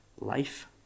life